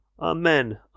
Amen